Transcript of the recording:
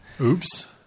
Oops